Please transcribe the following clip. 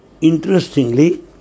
Interestingly